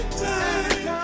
time